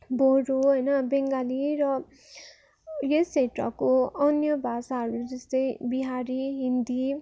बोडो होइन अब बङ्गाली र येस क्षेत्रको अन्य भाषाहरू जस्तै बिहारी हिन्दी